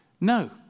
no